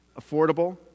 affordable